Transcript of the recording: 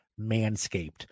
Manscaped